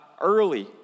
early